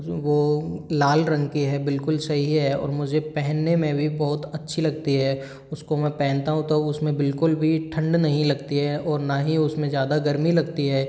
वो लाल रंग की है बिल्कुल सही है और मुझे पहनने में भी बहुत अच्छी लगती है उसको मैं पहनता हूँ तो उसमें बिल्कुल भी ठण्ड नहीं लगती है और ना ही उसमें ज़्यादा गर्मी लगती है